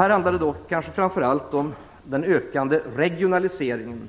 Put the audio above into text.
Här handlar det kanske framför allt om den ökande regionaliseringen